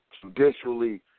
judicially